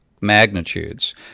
magnitudes